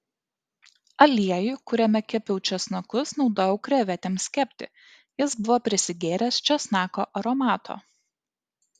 aliejų kuriame kepiau česnakus naudojau krevetėms kepti jis buvo persigėręs česnako aromato